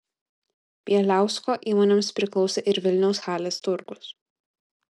bieliausko įmonėms priklausė ir vilniaus halės turgus